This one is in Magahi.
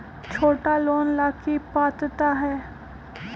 छोटा लोन ला की पात्रता है?